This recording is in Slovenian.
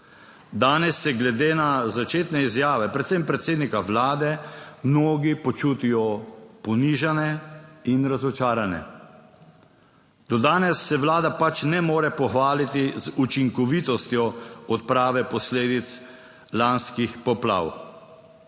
Danes se glede na začetne izjave, predvsem predsednika Vlade, mnogi počutijo ponižane in razočarane. Do danes se Vlada pač ne more pohvaliti z učinkovitostjo odprave posledic lanskih poplav.